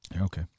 Okay